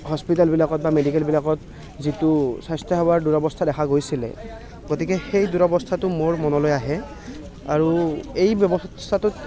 hospital বিলাকত বা medical বিলাকত যিটো স্বাস্থ্য সেৱাৰ দুৰৱস্থা দেখা গৈছিলে গতিকে সেই দুৰৱস্থাটো মোৰ মনলৈ আহে আৰু এই ব্যৱস্থাটোত